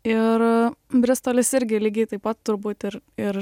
ir bristolis irgi lygiai taip pat turbūt ir ir